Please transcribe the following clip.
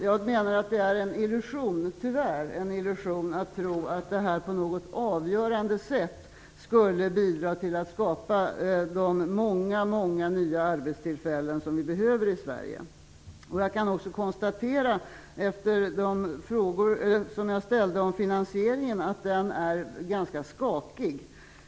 Jag menar att det tyvärr är en illusion att tro att det här på något avgörande sätt skulle bidra till att skapa de många nya arbetstillfällen som vi behöver i Sverige. Efter de frågor som jag ställde om finansieringen kan jag konstatera att den är ganska skakig.